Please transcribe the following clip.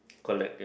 collect ya